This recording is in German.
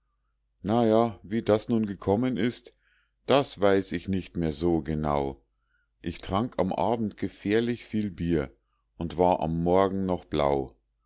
ja wie das nun gekommen ist das weiß ich nicht mehr so genau ich trank am abend gefährlich viel bier und war am morgen noch blau